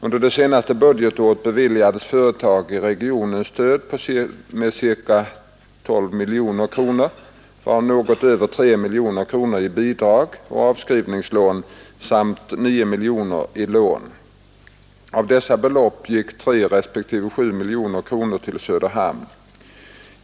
Under det senaste budgetåret beviljades företag i regionen stöd med ca 12 miljoner kronor, varav något över 3 miljoner kronor i bidrag och avskrivningslån samt 9 miljoner kronor i lån. Av dessa belopp gick 3 respektive 7 miljoner kronor till Söderhamn.